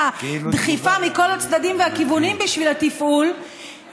דחיפה מכל הצדדים והכיוונים בשביל התפעול,